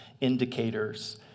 indicators